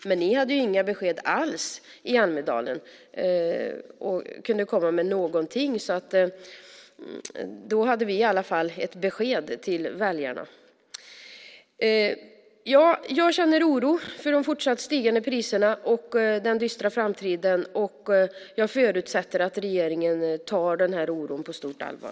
Men ni hade inga besked alls i Almedalen. Ni kunde inte komma med någonting. Vi hade i alla fall ett besked till väljarna. Jag känner oro för de fortsatt stigande priserna och den dystra framtiden, och jag förutsätter att regeringen tar den oron på stort allvar.